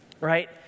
right